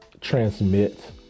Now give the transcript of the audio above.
transmit